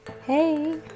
Hey